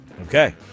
Okay